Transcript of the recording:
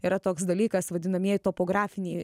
yra toks dalykas vadinamieji topografiniai